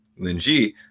Linji